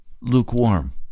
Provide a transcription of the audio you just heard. lukewarm